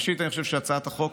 ראשית, אני חושב שהצעת החוק,